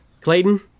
Clayton